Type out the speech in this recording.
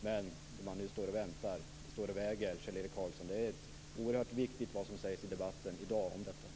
Det står och väger, Kjell-Erik Karlsson. Det är oerhört viktigt vad som sägs om detta i debatten i dag.